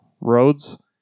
roads